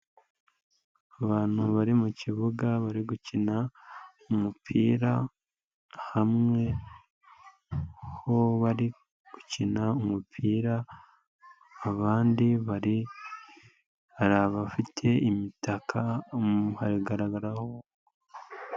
Abantu bari mukibuga bari gukina umupira, hamwe ho bari gukina umupira abandi hari abafite imitaka hagaragaraho...